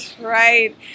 right